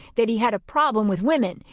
that he had a problem with women,